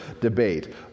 debate